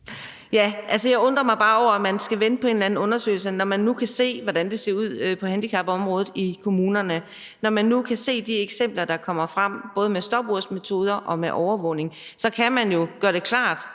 Altså, jeg undrer mig bare over, at man skal vente på en eller anden undersøgelse, når man nu kan se, hvordan det ser ud på handicapområdet i kommunerne. Når man nu kan se de eksempler, der kommer frem, både med stopursmetoder og med overvågning, kan man jo gøre det klart